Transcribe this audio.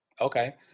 Okay